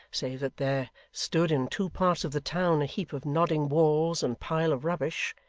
save that there stood in two parts of the town a heap of nodding walls and pile of rubbish,